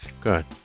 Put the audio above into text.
Good